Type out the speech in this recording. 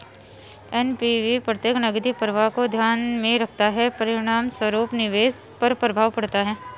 NPV प्रत्येक नकदी प्रवाह को ध्यान में रखता है, परिणामस्वरूप निवेश पर प्रभाव पड़ता है